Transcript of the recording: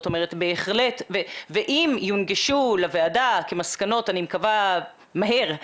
אם יונגשו לוועדה כמסקנות אני מקווה מהר,